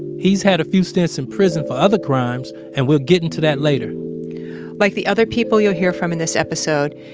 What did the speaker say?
he's had a few stints in prison for other crimes, and we'll get into that later like the other people you'll hear from in this episode,